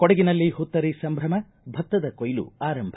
ಕೊಡಗಿನಲ್ಲಿ ಹುತ್ತರಿ ಸಂಭ್ರಮ ಭತ್ತದ ಕೊಯ್ಲು ಆರಂಭ